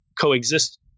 coexist